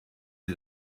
sie